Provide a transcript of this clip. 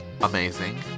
amazing